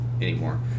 anymore